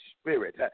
spirit